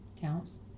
counts